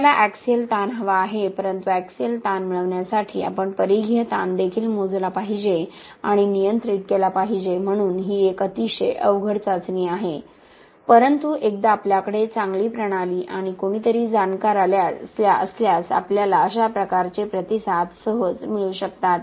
आपल्याला ऍक्सिल ताण हवा आहे परंतु ऍक्सिल ताण मिळविण्यासाठी आपण परिघीय ताण देखील मोजला पाहिजे आणि नियंत्रित केला पाहिजे म्हणून ही एक अतिशय अवघड चाचणी आहे परंतु एकदा आपल्याकडे चांगली प्रणाली आणि कोणीतरी जाणकार असल्यास आपल्याला अशा प्रकारचे प्रतिसाद सहज मिळू शकतात